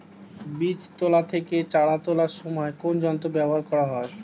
বীজ তোলা থেকে চারা তোলার সময় কোন যন্ত্র ব্যবহার করা হয়?